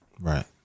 Right